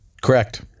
Correct